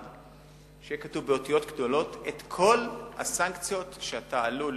שבו יהיו כתובות באותיות גדולות כל הסנקציות שאתה עלול